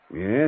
Yes